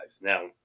Now